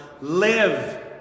Live